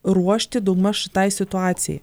ruošti daugmaž tai situacijai